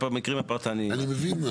במקרים הפרטניים.